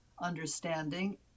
understanding